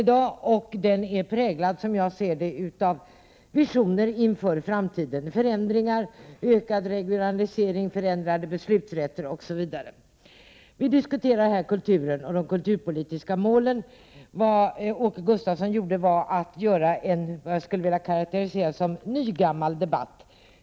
Enligt min mening är den präglad av visioner av framtiden: förändringar, ökad regionalisering, förändrade beslutsrätter osv. Vi diskuterar här kulturen och de kulturpolitiska målen. Åke Gustavsson förde vad jag skulle vilja kalla en nygammal debatt.